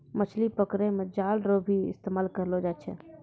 मछली पकड़ै मे जाल रो भी इस्तेमाल करलो जाय छै